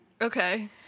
Okay